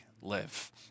live